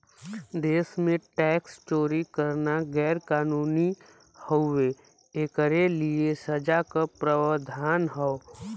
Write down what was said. देश में टैक्स चोरी करना गैर कानूनी हउवे, एकरे लिए सजा क प्रावधान हौ